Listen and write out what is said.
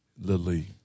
Lily